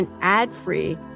ad-free